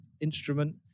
instrument